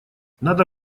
надо